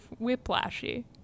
whiplashy